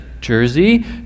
jersey